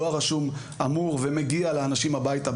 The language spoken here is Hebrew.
דואר רשום אמור ומגיע לאנשים הביתה.